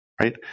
right